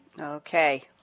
okay